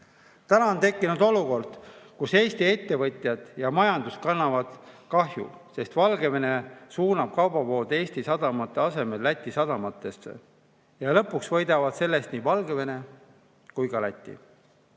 tulust. On tekkinud olukord, kus Eesti ettevõtjad ja majandus kannavad kahju, sest Valgevene suunab kaubavood Eesti sadamate asemel Läti sadamatesse. Lõpuks võidavad sellest nii Valgevene kui ka Läti.